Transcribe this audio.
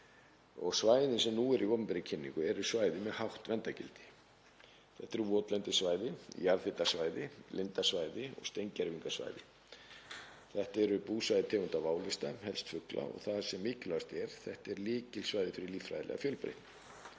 Svæðin sem nú eru í opinberri kynningu eru svæði með hátt verndargildi. Þetta eru votlendissvæði, jarðhitasvæði, lindarsvæði og steingervingasvæði. Þetta eru búsvæði tegunda á válista, helst fugla, og, það sem mikilvægast er, þetta eru lykilsvæði fyrir líffræðilega fjölbreytni